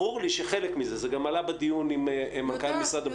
ברור לי שחלק מזה זה גם עלה בדיון עם מנכ"ל משרד הבריאות.